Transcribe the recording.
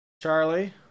charlie